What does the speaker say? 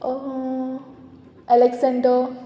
Alexander